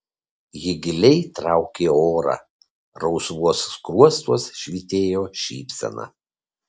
ji giliai traukė orą rausvuos skruostuos švytėjo šypsena